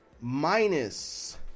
minus